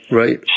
right